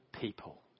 people